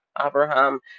Abraham